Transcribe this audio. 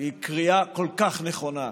היא קריאה כל כך נכונה.